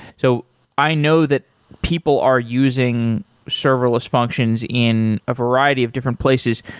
so i know that people are using serverless functions in a variety of different places.